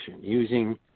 using